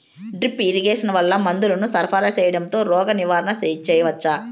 Drip irrigation వల్ల మందులను సరఫరా సేయడం తో రోగ నివారణ చేయవచ్చా?